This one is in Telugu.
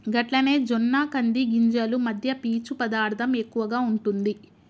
గట్లనే జొన్న కంది గింజలు మధ్య పీచు పదార్థం ఎక్కువగా ఉంటుంది